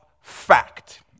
fact